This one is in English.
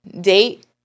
date